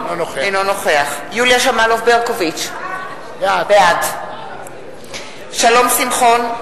אינו נוכח יוליה שמאלוב-ברקוביץ, בעד שלום שמחון,